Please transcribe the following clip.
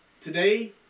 Today